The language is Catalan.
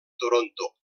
toronto